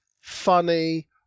funny